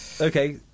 Okay